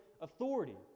authority